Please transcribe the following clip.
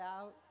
out